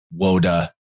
Woda